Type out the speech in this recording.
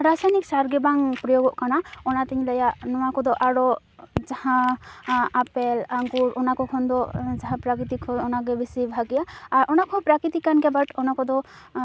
ᱨᱟᱥᱟᱭᱱᱤᱠ ᱥᱟᱨᱜᱮ ᱵᱟᱝ ᱯᱨᱳᱭᱳᱜᱚᱜ ᱠᱟᱱᱟ ᱚᱱᱟᱛᱮᱧ ᱞᱟᱹᱭᱟ ᱱᱚᱣᱟ ᱠᱚᱫᱚ ᱟᱨᱚ ᱡᱟᱦᱟᱸ ᱟᱯᱮᱞ ᱟᱝᱜᱩᱨ ᱚᱱᱟᱠᱚ ᱠᱷᱚᱱ ᱫᱚ ᱡᱟᱦᱟᱸ ᱯᱨᱟᱠᱨᱤᱛᱤᱠ ᱦᱩᱭᱩᱜ ᱚᱱᱟᱜᱮ ᱵᱮᱥᱤ ᱵᱷᱟᱜᱮᱭᱟ ᱟᱨ ᱚᱱᱟ ᱠᱚᱦᱚᱸ ᱯᱨᱟᱠᱨᱤᱛᱤᱠ ᱠᱟᱱ ᱜᱮᱭᱟ ᱵᱟᱴ ᱚᱱᱟ ᱠᱚᱫᱚ